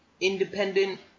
independent